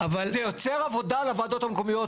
זה יוצר עבודה לוועדות המקומיות.